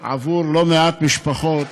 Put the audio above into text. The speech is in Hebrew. עבור לא מעט משפחות,